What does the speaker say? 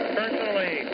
personally